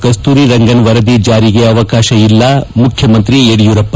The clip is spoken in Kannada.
ಕಸ್ತೂರಿರಂಗನ್ ವರದಿ ಜಾರಿಗೆ ಅವಕಾಶ ಇಲ್ಲ ಮುಖ್ಯಮಂತ್ರಿ ಯೆಡಿಯೊರಪ್ಪ